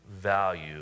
value